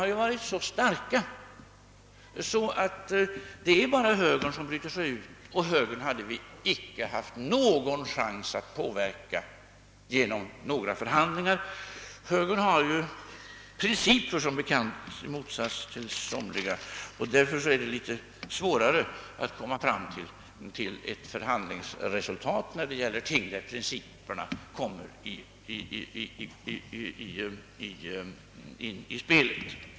Sakskälen var så starka, att det bara är högern som brutit sig ut, och högern hade vi icke haft någon chans att påverka genom förhandlingar. Högern har som bekant principer — i motsats till somliga. Det är alltid svårare att komma fram till förhandlingsresultat när det gäller ting där principer kommer med i spelet.